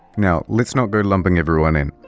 now let's not go lumping everyone in.